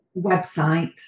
website